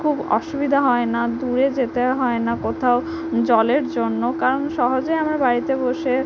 খুব অসুবিধা হয় না দূরে যেতেও হয় না কোথাও জলের জন্য কারণ সহজে আমরা বাড়িতে বসে